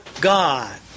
God